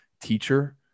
teacher